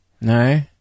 No